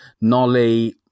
Nolly